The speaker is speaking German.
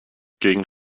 gegen